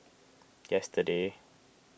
yesterday